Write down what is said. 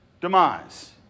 demise